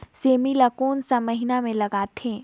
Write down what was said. सेमी ला कोन सा महीन मां लगथे?